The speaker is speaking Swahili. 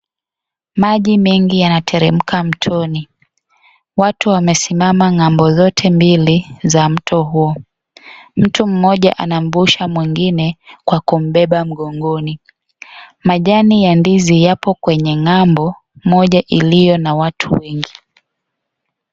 Maji mengi yanateremka mtoni. Watu wamesimama ng'ambo zote mbili za mto huo. Mtu mmoja anampusha mwingine kwa kumbeba mgongoni. Majani ya ndizi yapo kwenye ng'ambo moja iliyo na watu wengi.